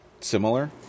Similar